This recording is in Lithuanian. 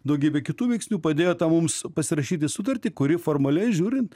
daugybė kitų veiksnių padėjo mums pasirašyti sutartį kuri formaliai žiūrint